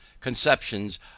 conceptions